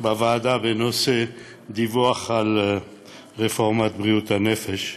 בוועדה בנושא דיווח על רפורמת בריאות הנפש.